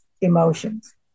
emotions